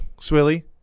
Swilly